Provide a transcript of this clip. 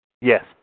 Yes